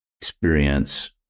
experience